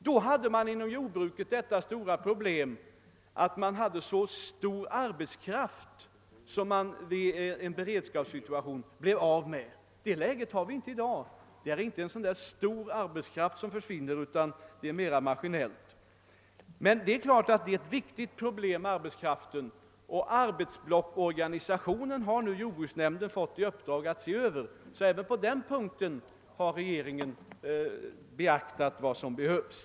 Då hade man inom jordbruket det stora problemet att man hade så mycket arbetskraft som man i en beredskapssituation blev av med. I det läget befinner vi oss inte i dag; jordbruket bedrivs nu mera maskinellt. Men arbetskraften är ändå ett viktigt problem, och jordbruksnämnden har nu fått i uppdrag att se över arbetsblocksorganisationen. Även på den punkten har regeringen beaktat vad som behövs.